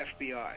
FBI